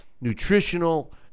Nutritional